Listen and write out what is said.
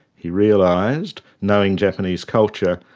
he realised, knowing japanese culture,